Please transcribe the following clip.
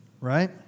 right